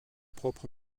propre